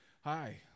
Hi